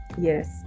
Yes